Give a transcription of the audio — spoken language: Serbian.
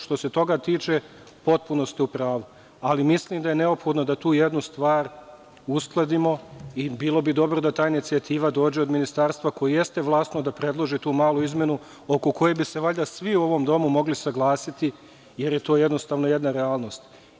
Što se toga tiče potpuno ste u pravu, ali mislim da je neophodno da tu jednu stvar uskladimo i bilo bi dobro da ta inicijativa dođe od ministarstva koje jeste vlasno da predloži tu malu izmenu oko koje bi se valjda svi u ovom domu mogli saglasiti, jer je to jednostavno jedna realnost.